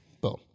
Boom